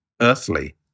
earthly